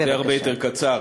זה הרבה יותר קצר.